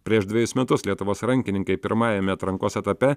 prieš dvejus metus lietuvos rankininkai pirmajame atrankos etape